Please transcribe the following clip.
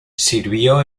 sirvió